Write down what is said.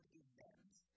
events